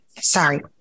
Sorry